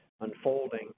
unfolding